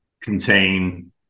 contain